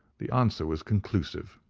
the answer was conclusive.